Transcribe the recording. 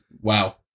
Wow